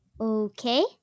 Okay